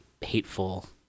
hateful